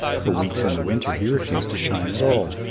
for weeks in the winter he refused to shine at all,